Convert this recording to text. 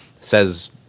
says